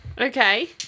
Okay